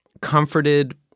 comforted